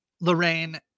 Lorraine